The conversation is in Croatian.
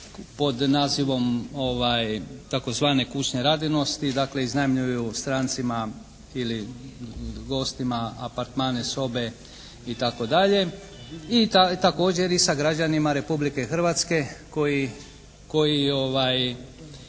pod nazivom tzv. kućne radinosti dakle iznajmljuju strancima ili gostima apartmane, sobe itd., i također i sa građanima Republike Hrvatske koji